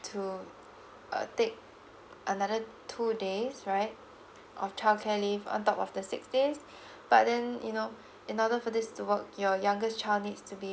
to uh take another two days right of childcare leave on top of the six days but then you know in order for this to work your youngest child needs to be